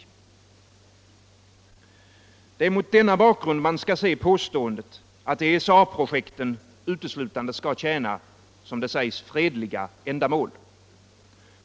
asien Det är mot denna bakgrund man skall se påståendet att ESA-projekten Upprättande av ett uteslutande skall tjäna fredliga ändamål.